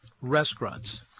restaurants